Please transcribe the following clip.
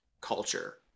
culture